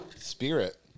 spirit